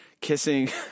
kissing